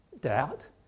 doubt